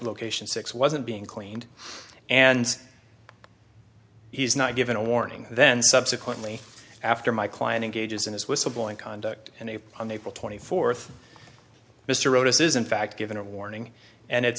location six wasn't being cleaned and he's not given a warning then subsequently after my client engages in his whistleblowing conduct and i on april twenty fourth mr otis is in fact given a warning and it's